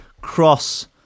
cross